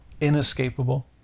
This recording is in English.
inescapable